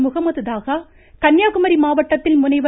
முகமது தாஹா கன்னியாகுமரி மாவட்டத்தில் முனைவர்